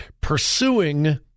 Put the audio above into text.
pursuing